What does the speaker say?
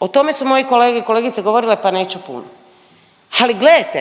O tome su moji kolege i kolegice govorili pa neću puno. Ali gledajte